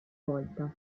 volta